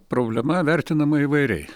problema vertinama įvairiai